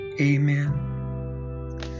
amen